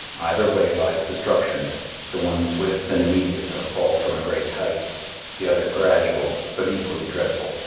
either way lies destruction the one swift and immediate as a fall from a great height the other gradual, but equally dreadful,